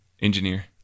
Engineer